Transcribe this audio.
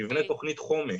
ותבנה תוכנית חומש,